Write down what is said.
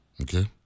okay